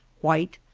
white,